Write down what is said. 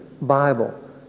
Bible